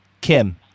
Kim